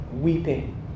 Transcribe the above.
Weeping